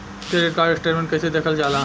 Credit card statement कइसे देखल जाला?